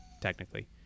technically